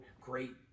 great